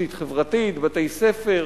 תשתית חברתית, בתי-ספר.